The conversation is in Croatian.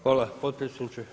Hvala potpredsjedniče.